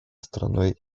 страной